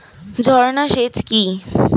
ঝর্না সেচ কি?